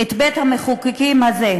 את בית-המחוקקים הזה,